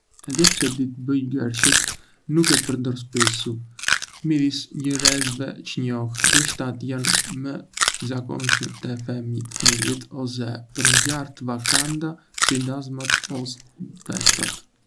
Edhe pse di të bëj gërshet, nuk e përdor shpissu. Midis njerëzve që njoh, gërshetat janë më të zakonshme te fëmijët ose për ngjarje të veçanta si dasmat ose festat.